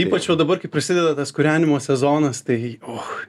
ypač va dabar kai prasideda tas kūrenimo sezonas tai uch